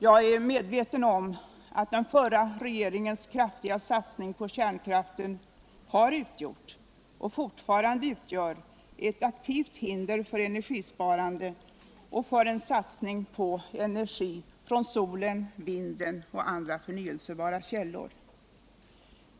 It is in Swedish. Jag är medveten om att den förra regeringens kraftiga satsning på kärnkraften har utgjort och fortfarande utgör ett aktivt hinder för energisparande och för en satsning på energi från solen, vinden och andra förnyelsebara källor.